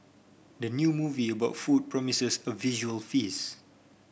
the new movie about food promises a visual feast